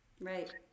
Right